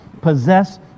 possess